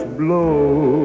blow